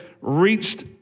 reached